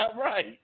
right